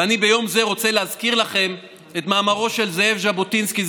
ואני ביום זה רוצה להזכיר לכם את מאמרו של זאב ז'בוטינסקי,